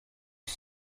iki